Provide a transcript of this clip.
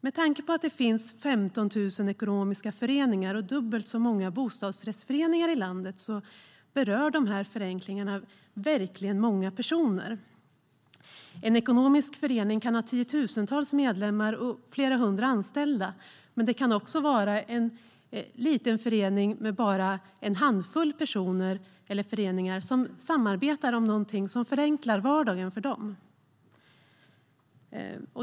Med tanke på att det finns 15 000 ekonomiska föreningar och dubbelt så många bostadsrättsföreningar i landet berör dessa förenklingar många personer. En ekonomisk förening kan ha tiotusentals medlemmar och flera hundra anställda, men det kan också vara en liten förening med bara en handfull personer eller flera föreningar som samarbetar om något som förenklar vardagen för dem.